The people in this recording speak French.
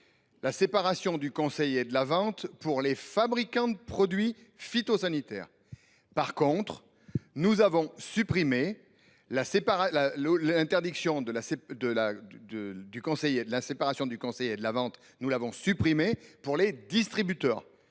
la séparation du conseil et de la vente pour les fabricants de produits phytosanitaires. Oui ! En revanche, nous avons supprimé la séparation du conseil et de la vente pour les distributeurs,